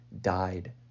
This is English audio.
died